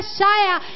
Shaya